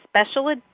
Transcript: special